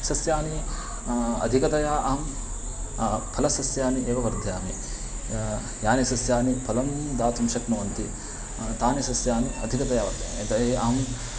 सस्यानि अधिकतया अहं फलसस्यानि एव वर्धयामि यानि सस्यानि फलं दातुं शक्नुवन्ति तानि सस्यानि अधिकतया वर्धयामि यतोहि अहं